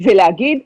ולהגיד,